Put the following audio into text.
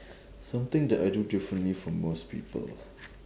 something that I do differently from most people